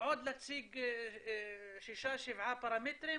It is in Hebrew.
להציג עוד שישה-שבעה פרמטרים,